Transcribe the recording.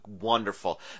wonderful